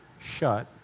shut